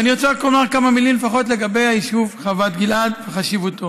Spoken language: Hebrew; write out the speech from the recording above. ואני רוצה רק לומר כמה מילים לפחות לגבי היישוב חוות גלעד וחשיבותו.